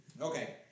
Okay